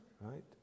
right